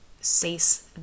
Cease